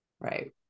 right